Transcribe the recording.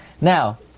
Now